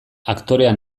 aktorea